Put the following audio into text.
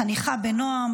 חניכה בנעם,